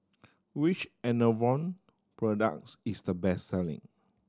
which Enervon products is the best selling